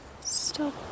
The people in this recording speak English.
Stop